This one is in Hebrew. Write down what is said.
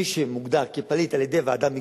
מי שמוגדר כפליט על-ידי ועדה מקצועית,